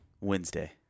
Wednesday